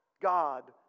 God